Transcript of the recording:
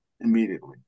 immediately